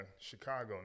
Chicago